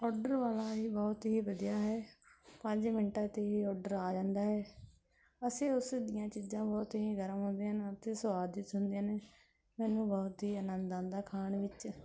order ਵਾਲਾ ਵੀ ਬਹੁਤ ਹੀ ਵਧੀਆ ਹੈ ਪੰਜ ਮਿੰਟਾਂ 'ਤੇ ਹੀ ਓਡਰ ਆ ਜਾਂਦਾ ਹੈ ਅਸੀਂ ਉਸ ਦੀਆਂ ਚੀਜ਼ਾਂ ਬਹੁਤ ਗਰਮ ਹੁੰਦੀਆਂ ਹਨ ਅਤੇ ਸੁਆਦਿਸ਼ਟ ਹੁੰਦੀਆਂ ਨੇ ਮੈਨੂੰ ਬਹੁਤ ਹੀ ਅਨੰਦ ਆਉਂਦਾ ਖਾਣ ਵਿੱਚ